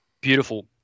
Beautiful